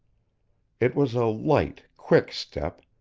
it was a light, quick step,